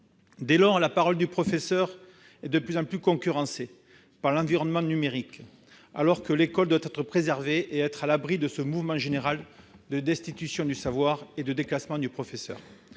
l'école ! La parole du professeur est de plus en plus « concurrencée » par l'envahissement du numérique. Or l'école devrait être préservée et être à l'abri de ce mouvement général de destitution du savoir et de déclassement du professeur.